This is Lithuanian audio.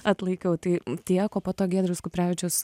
atlaikiau tai tiek o po to giedriaus kuprevičiaus